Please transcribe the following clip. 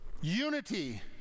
Unity